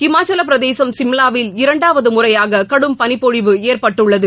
இமாச்சல பிரதேசசம சிம்லாவில் இரண்டாவது முறையாக கடும் பனிப்பொழிவு ஏற்பட்டுள்ளது